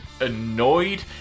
annoyed